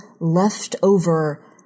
leftover